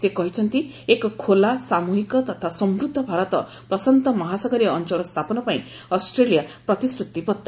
ସେ କହିଛନ୍ତି ଏକ ଖୋଲା ସାମୃହିକ ତଥା ସମୃଦ୍ଧ ଭାରତ ପ୍ରଶାନ୍ତମହାସାଗରୀୟ ଅଚଳ ସ୍ଥାପନ ପାଇଁ ଅଷ୍ଟ୍ରେଲିଆ ପ୍ରତିଶ୍ରତିବଦ୍ଧ